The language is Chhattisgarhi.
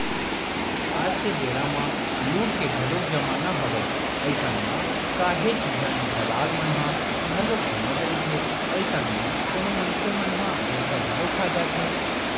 आज के बेरा म लूट के घलोक जमाना हवय अइसन म काहेच झन दलाल मन ह घलोक घूमत रहिथे, अइसन म कोनो मनखे मन ह धोखा घलो खा जाथे